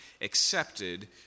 accepted